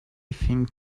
think